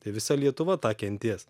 tai visa lietuva tą kentės